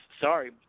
sorry